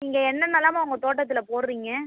நீங்கள் என்னனெல்லாம்மா உங்கள் தோட்டத்தில் போடுறீங்க